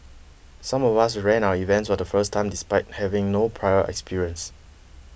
some of us ran our events for the first time despite having no prior experience